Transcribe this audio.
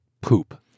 Poop